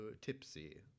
tipsy